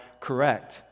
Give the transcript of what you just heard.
correct